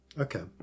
Okay